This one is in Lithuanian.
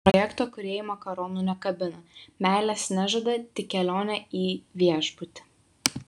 projekto kūrėjai makaronų nekabina meilės nežada tik kelionę į viešbutį